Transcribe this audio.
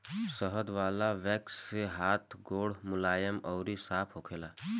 शहद वाला वैक्स से हाथ गोड़ मुलायम अउरी साफ़ होखेला